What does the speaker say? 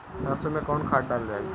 सरसो मैं कवन खाद डालल जाई?